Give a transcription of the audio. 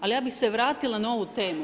Ali ja bih se vratila na ovu temu.